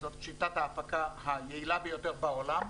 זו שיטת ההפקה היעילה ביותר בעולם,